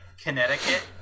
Connecticut